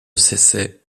cessait